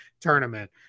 tournament